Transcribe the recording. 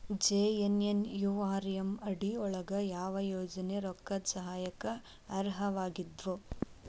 JNNURM ಅಡಿ ಯೊಳಗ ಯಾವ ಯೋಜನೆ ರೊಕ್ಕದ್ ಸಹಾಯಕ್ಕ ಅರ್ಹವಾಗಿದ್ವು?